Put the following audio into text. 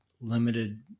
limited